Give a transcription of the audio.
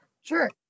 Sure